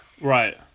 Right